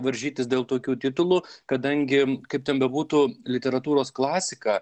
varžytis dėl tokių titulų kadangi kaip ten bebūtų literatūros klasika